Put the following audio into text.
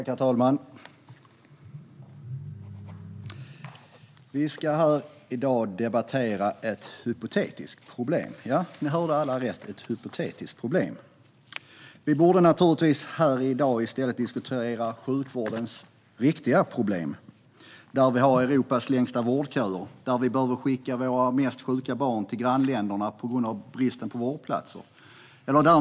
Herr talman! Vi ska här i dag debattera ett hypotetiskt problem. Ja, ni hörde alla rätt: ett hypotetiskt problem. Vi borde naturligtvis i dag i stället diskutera sjukvårdens riktiga problem. Vi har Europas längsta vårdköer. Vi behöver skicka våra mest sjuka barn till grannländerna på grund av bristen på vårdplatser.